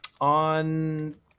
On